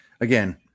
again